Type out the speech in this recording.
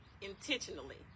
intentionally